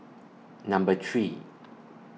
Number three